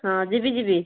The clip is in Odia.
ହଁ ଯିବି ଯିବି